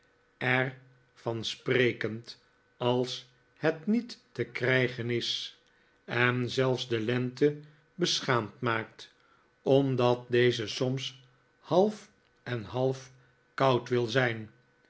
van sprekend als het niet te krijgen is en zelfs de lente beschaamd maakt omdat deze soms half en half koud wil zijn